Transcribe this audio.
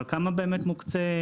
אבל כמה באמת מוקצה.